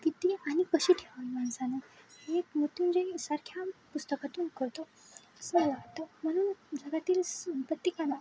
किती आणि कशी ठेवावी माणसानं हे एक मृत्यंजयसारख्या पुस्तकातून शिकतो असं वाटतं म्हणून जगातील सं प्रत्येकाला